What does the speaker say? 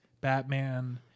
Batman